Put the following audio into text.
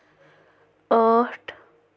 ٲٹھ